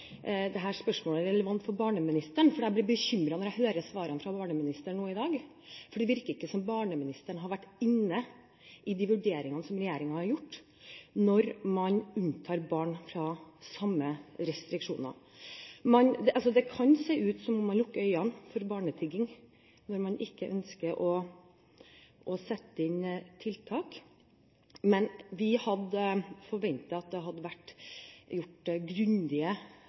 spørsmålet relevant for barneministeren. Jeg blir bekymret når jeg hører svarene fra barneministeren nå i dag, for det virker ikke som om barneministeren har vært inne i de vurderingene som regjeringen har gjort, når man unntar barn fra samme restriksjoner. Det kan se ut som om man lukker øynene for barnetigging når man ikke ønsker å sette inn tiltak. Vi hadde forventet at det hadde vært gjort grundige